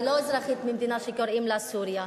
אני לא אזרחית במדינה שקוראים לה סוריה.